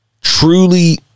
truly